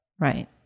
Right